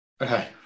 Okay